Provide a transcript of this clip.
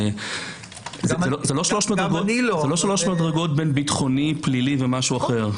זה לא שלוש מדרגות בין ביטחוני, פלילי ומשהו אחר.